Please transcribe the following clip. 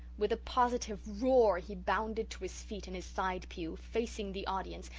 with a positive roar he bounded to his feet in his side pew, facing the audience,